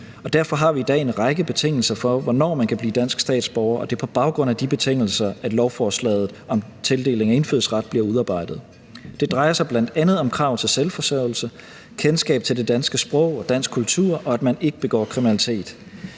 derfor har vi i dag en række betingelser for, hvornår man kan blive dansk statsborger, og det er på baggrund af de betingelser, at lovforslaget om tildeling af indfødsret bliver udarbejdet. Det drejer sig bl.a. om krav til selvforsørgelse, kendskab til det danske sprog og dansk kultur, og at man ikke begår kriminalitet.